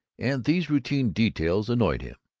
and these routine details annoyed him.